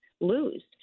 lose